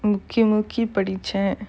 முக்கி முக்கி படிச்ச:mukki mukki padicha